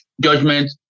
judgment